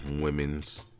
women's